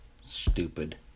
stupid